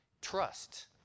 Trust